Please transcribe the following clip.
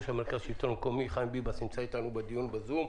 מרכז השלטון המקומי חיים ביבס שנמצא איתנו בדיון בזום.